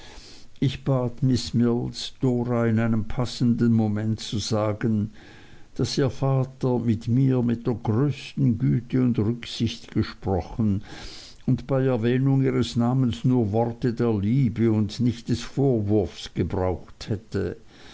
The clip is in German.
ich bat miß mills dora in einem passenden moment zu sagen daß ihr vater mit mir mit der größten güte und rücksicht gesprochen und bei erwähnung ihres namens nur worte der liebe und nicht des vorwurfs gebraucht hätte